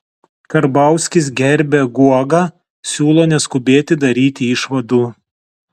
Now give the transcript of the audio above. karbauskis gerbia guogą siūlo neskubėti daryti išvadų